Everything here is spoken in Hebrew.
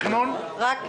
פניות 77 עד 79 ו-81 אושרו.